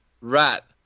rat